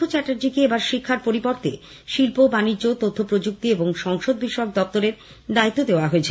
পার্থ চ্যাটার্জীকে এবার শিক্ষার পরিবর্তে শিল্প বাণিজ্য তথ্য প্রযুক্তি এবং সংসদ বিষয়ক দফতরের দায়িত্ব দেওয়া হয়েছে